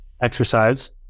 exercise